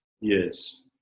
Yes